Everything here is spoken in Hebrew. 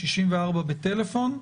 64 בטלפון.